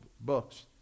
books